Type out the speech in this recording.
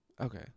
Okay